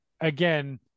Again